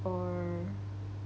or